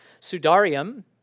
sudarium